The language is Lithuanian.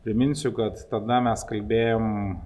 priminsiu kad tada mes kalbėjom